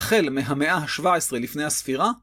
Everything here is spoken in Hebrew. התחל מהמאה ה-17 לפני הספירה